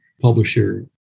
publisher